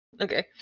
Okay